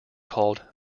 called